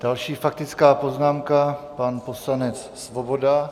Další faktická poznámka, pan poslanec Svoboda.